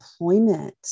employment